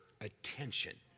attention